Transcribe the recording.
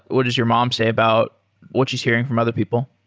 what does your mom say about what she's hearing from other people?